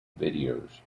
videos